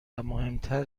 مهمتر